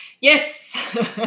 Yes